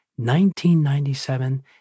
1997